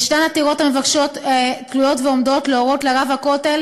יש עתירות תלויות ועומדות המבקשות להורות לרב הכותל